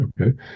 okay